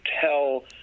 tell